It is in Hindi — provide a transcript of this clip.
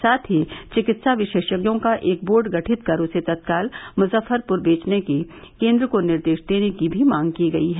साथ ही चिकित्सा विशेषज्ञों का एक बोर्ड गठित कर उसे तत्काल मुजफ्फरपुर भेजने की केन्द्र को निर्देश देने की भी मांग की गई है